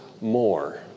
more